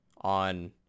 on